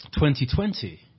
2020